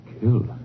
Killed